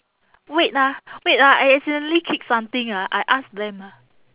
wait ah wait ah I accidentally kick something ah I ask them ah